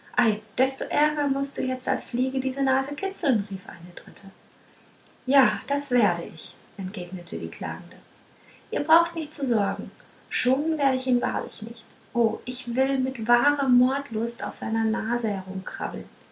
desto ärger mußt du jetzt als fliege diese nase kitzeln rief eine dritte ja das werde ich entgnete die klagende ihr braucht nicht zu sorgen schonen werde ich ihn wahrlich nicht o ich will mit wahrer mordlust auf seiner nase herumkrabbeln